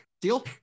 Deal